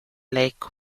lake